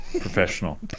professional